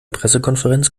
pressekonferenz